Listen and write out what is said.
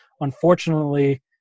unfortunately